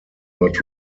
not